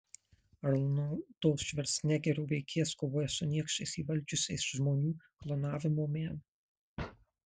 arnoldo švarcnegerio veikėjas kovoja su niekšais įvaldžiusiais žmonių klonavimo meną